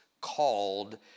called